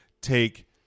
take